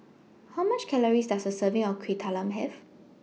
How much Calories Does A Serving of Kueh Talam Have